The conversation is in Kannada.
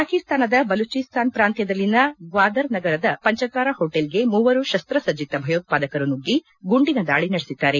ಪಾಕಿಸ್ತಾನ ಬಲೂಚಿಸ್ತಾನ್ ಪ್ರಾಂತ್ಯದದಲ್ಲಿನ ಗ್ವಾದರ್ ನಗರದ ಪಂಚತಾರಾ ಹೊಟೇಲ್ಗೆ ಮೂವರು ಶಸ್ತಸಜ್ಜಿತ ಭಯೋತ್ವಾದಕರು ನುಗ್ಗಿ ಗುಂಡಿನ ದಾಳಿ ನಡೆಸಿದ್ದಾರೆ